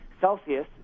Celsius